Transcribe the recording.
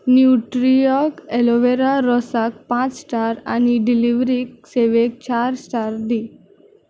Nutriorg aloe vera रसाक पांच star आनी डिलिव्हरी सेवेक चार स्टार दी